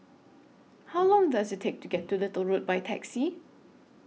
How Long Does IT Take to get to Little Road By Taxi